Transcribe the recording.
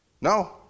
No